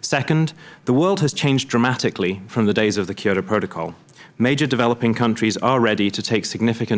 second the world has changed dramatically from the days of the kyoto protocol major developing countries are ready to take significant